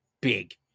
big